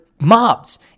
mobs